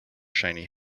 shiny